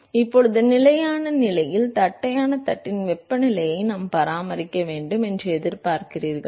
இப்போது நிலையான நிலையில் தட்டையான தட்டின் வெப்பநிலையை நாம் பராமரிக்க வேண்டும் என்று எதிர்பார்க்கிறீர்கள்